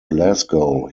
glasgow